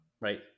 right